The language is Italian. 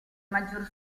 maggior